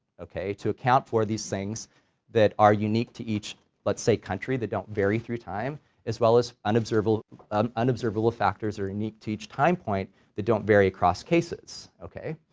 okay, to account for these things that are unique to each let's say country that don't vary through time as well as unobservable um unobservable factors that are unique to each time point that don't vary across cases, okay.